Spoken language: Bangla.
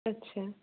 আচ্ছা